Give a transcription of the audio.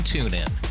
TuneIn